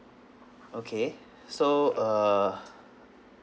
okay so err